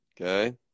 Okay